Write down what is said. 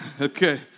Okay